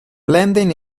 blending